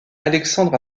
alexandre